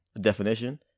definition